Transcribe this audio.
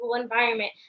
environment